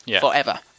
forever